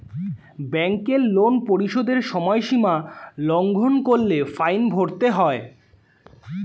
ব্যাংকের লোন পরিশোধের সময়সীমা লঙ্ঘন করলে ফাইন ভরতে হয়